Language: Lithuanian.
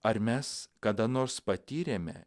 ar mes kada nors patyrėme